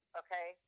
okay